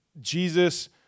Jesus